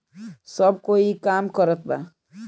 सब कोई ई काम करत बा